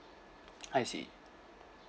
I see